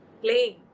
playing